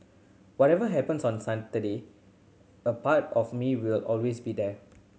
whatever happens on Saturday a part of me will always be there